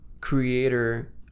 creator